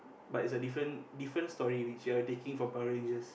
but it's a different different stories which you are taking from Power-Rangers